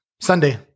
Sunday